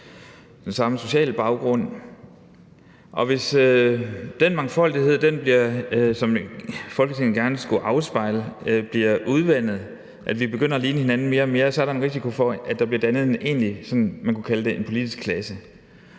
den samme sociale baggrund, og hvis den mangfoldighed, som Folketinget gerne skulle afspejle, bliver udvandet, idet vi begynder at ligne hinanden mere og mere, så er der en risiko for, at der bliver dannet en egentlig politisk klasse,